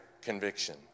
conviction